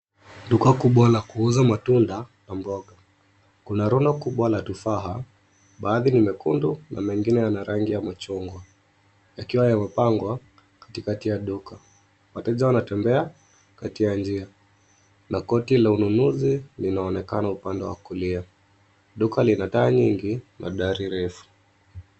Duka kubwa la kuuza matunda na mboga. Kuna rundo kubwa la tufaha, baadhi ni mekundu na mengine yana rangi ya machungwa yakiwa yamepangwa katikati ya duka. Wateja wanatembea kati ya njia na koti la ununuzi linaonekana upande wa kulia. Duka lina taa nyingi na dari refu.